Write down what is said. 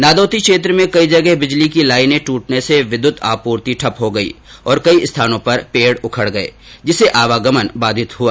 नादौती क्षेत्र में कई जगह बिजली की लाइन ट्रटने से विद्युत आपूर्ति ठप हो गई और कई स्थानों पर पेड़ उखड़ गये जिससे आवागमन बाधित हुआ